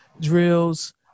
drills